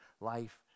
life